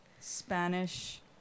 Spanish